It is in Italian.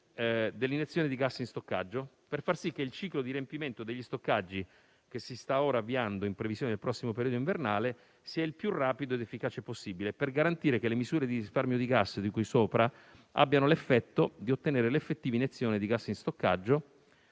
dell'iniezione di gas in stoccaggio, per far sì che il ciclo di riempimento degli stoccaggi, che si sta avviando ora in previsione del prossimo periodo invernale, sia il più rapido ed efficace possibile, per garantire che le misure di risparmio di gas di cui sopra abbiano l'effetto di ottenere l'effettiva iniezione di gas in stoccaggio.